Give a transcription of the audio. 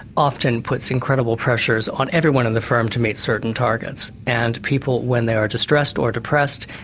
often puts incredible pressures on everyone in the firm to meet certain targets. and people when they are distressed or depressed,